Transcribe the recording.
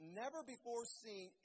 never-before-seen